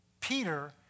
Peter